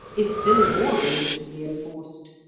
is still more religiously enforced.